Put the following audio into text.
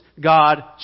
God